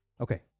Okay